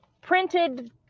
printed